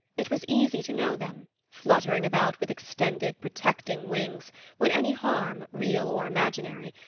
it was easy to know them, fluttering about with extended, protecting wings when any harm, real or imaginary,